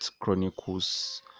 chronicles